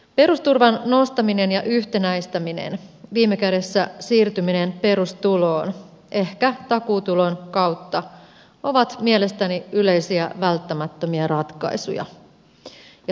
perusturvan nostaminen ja yhtenäistäminen viime kädessä siirtyminen perustuloon ehkä takuutulon kautta ovat mielestäni yleisiä välttämättömiä ratkaisuja